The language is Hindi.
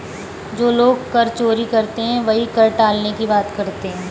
जो लोग कर चोरी करते हैं वही कर टालने की बात करते हैं